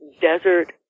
desert